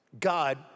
God